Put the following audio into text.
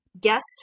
guest